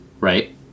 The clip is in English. right